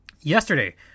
yesterday